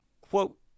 Quote